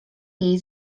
jej